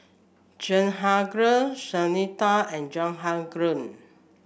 Jehangirr Sunita and Jehangirr